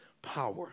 Power